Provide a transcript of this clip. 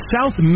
South